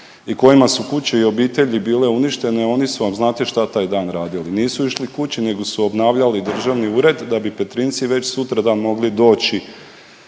i kojima su kuće i obitelji bile uništene. Oni su vam znate šta taj dan radili, nisu išli kući nego su obnavljali državni ured da bi Petrinjci već sutradan mogli doći